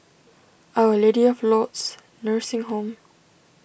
Our Lady of Lourdes Nursing Home